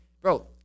Bro